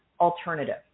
alternative